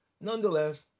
nonetheless